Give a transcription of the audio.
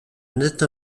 nette